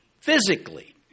physically